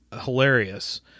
hilarious